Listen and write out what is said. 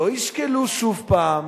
לא ישקלו שוב פעם